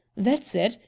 that's it!